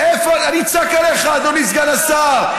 אני אצעק עליך, אדוני סגן השר.